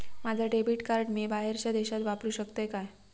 माझा debit card मी बाहेरच्या देशात वापरू शकतय काय?